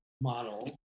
model